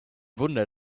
wunder